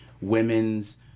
women's